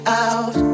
out